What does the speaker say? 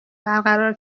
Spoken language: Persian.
برقرار